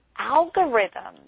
algorithms